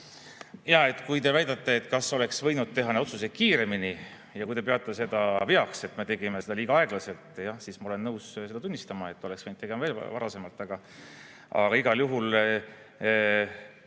tegite? Kui te küsite, kas oleks võinud teha otsuse kiiremini ja kui te peate seda veaks, et me tegime seda liiga aeglaselt, siis ma olen nõus tunnistama, et oleks võinud teha veel varem. Aga pigem on